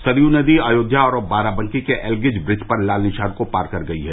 सरयू नदी अयोध्या और बाराबंकी के एल्गिन ब्रिज पर लाल निशान को पार कर गयी है